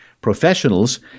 professionals